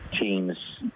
teams